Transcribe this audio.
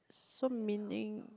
so meaning